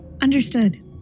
Understood